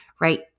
right